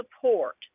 support